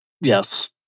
Yes